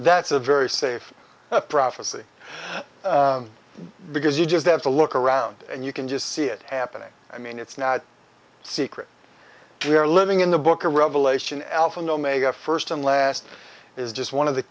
that's a very safe prophecy because you just have to look around and you can just see it happening i mean it's not a secret drawer living in the book of revelation alpha and omega first and last is just one of the